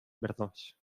verdós